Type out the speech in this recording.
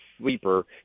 sleeper